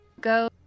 Go